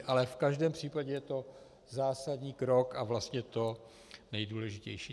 Ale v každém případě je to zásadní krok a vlastně to nejdůležitější.